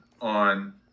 on